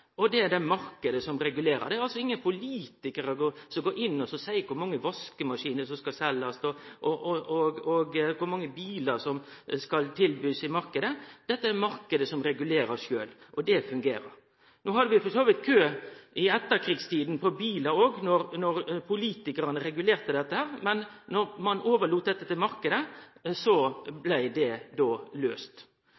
Det er marknaden som regulerer det. Det er ingen politikarar som går inn og seier kor mange vaskemaskinar som skal seljast, og kor mange bilar som skal tilbydast i marknaden. Dette er det marknaden som regulerer sjølv, og det fungerer. No hadde vi for så vidt kø for å få kjøpe bilar i etterkrigstida også, då politikarane regulerte dette, men då ein overlét dette til